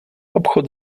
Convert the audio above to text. obchod